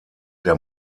der